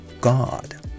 God